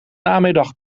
namiddag